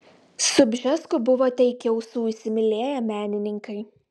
su bžesku buvote iki ausų įsimylėję menininkai